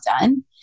done